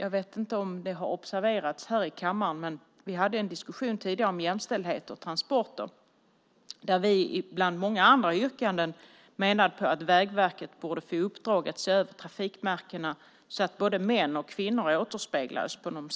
Jag vet inte om det observerats i kammaren, men vi hade en diskussion tidigare om jämställdhet och transporter där vi bland många andra yrkanden ansåg att Vägverket borde få i uppdrag att se över trafikmärkena så att både män och kvinnor återspeglades på dem.